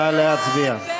נא להצביע.